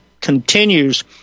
continues